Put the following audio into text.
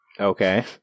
Okay